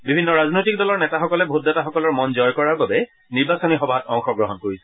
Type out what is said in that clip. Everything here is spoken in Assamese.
বিভিন্ন ৰাজনৈতিক দলৰ নেতাসকলে ভোটদাতাসকলৰ মন জয় কৰাৰ বাবে নিৰ্বাচনী সভাত অংশগ্ৰহণ কৰিছে